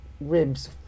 ribs